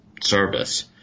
service